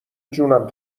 جونم